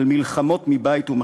על מלחמות מבית ומבחוץ.